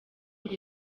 ngo